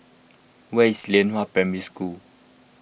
where is Lianhua Primary School